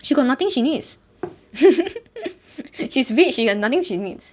she got nothing she needs she's rich she got nothing she needs